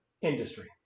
industry